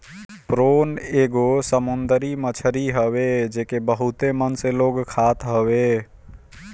prawn एगो समुंदरी मछरी हवे जेके बहुते मन से लोग खात हवे